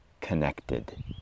connected